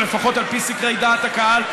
לפחות על פי סקרי דעת הקהל,